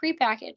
prepackaged